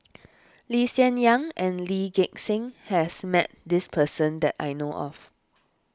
Lee Hsien Yang and Lee Gek Seng has met this person that I know of